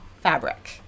fabric